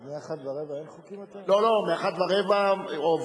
אז מ-13:15 אין חוקים יותר?